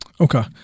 Okay